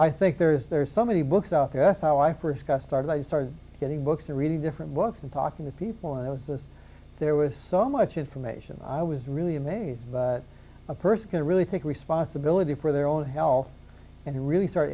i think there is there are so many books out there that's how i first got started i started getting books and reading different books and talking to people and it was this there was so much information i was really amazed by a person can really take responsibility for their own health and really start